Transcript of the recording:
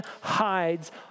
hides